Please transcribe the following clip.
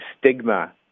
stigma